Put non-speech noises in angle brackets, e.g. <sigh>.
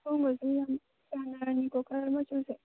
ꯍꯣꯏ ꯍꯣꯏ ꯁꯤ ꯌꯥꯝ ꯌꯥꯅꯔꯅꯤꯀꯣ <unintelligible>